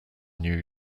new